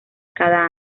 cada